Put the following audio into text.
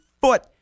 foot